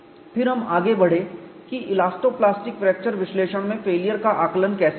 फिर हम आगे बढ़े कि इलास्टो प्लास्टिक फ्रैक्चर विश्लेषण में फेलियर का आकलन कैसे करें